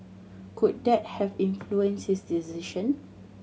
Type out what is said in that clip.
could that have influenced his decision